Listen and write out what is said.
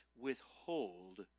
withhold